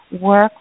work